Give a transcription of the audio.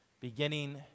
beginning